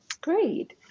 Great